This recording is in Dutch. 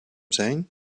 zijn